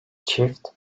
çift